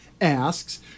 asks